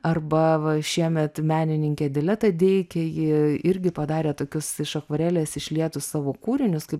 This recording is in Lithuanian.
arba va šiemet menininkė dileta deikė ji irgi padarė tokius iš akvarelės išlietus savo kūrinius kaip